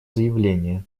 заявление